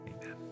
Amen